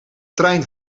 trein